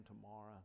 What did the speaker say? tomorrow